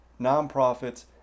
nonprofits